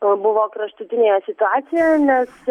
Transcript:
kol buvo kraštutinėje situacijoje nes